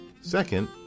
Second